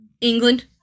England